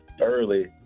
Early